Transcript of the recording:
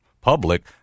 public